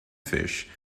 fish